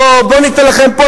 ניתן לכם פה,